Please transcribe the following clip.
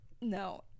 No